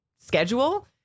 schedule